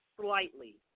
slightly –